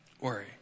Worry